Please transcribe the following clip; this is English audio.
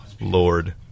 Lord